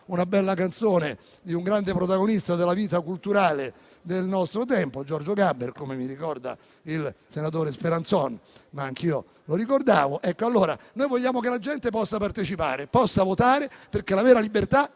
una bella canzone di un grande protagonista della vita culturale del nostro tempo: Giorgio Gaber (come mi ricorda il senatore Speranzon, ma lo ricordavo anch'io). Vogliamo dunque che la gente possa partecipare e possa votare, perché la vera libertà